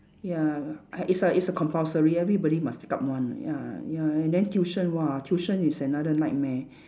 ya I it's a it's a compulsory everybody must take up one ya ya and then tuition !wah! tuition is another nightmare